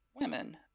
women